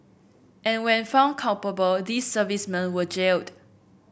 and when found culpable these servicemen were jailed